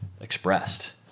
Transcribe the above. expressed